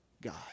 God